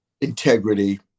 integrity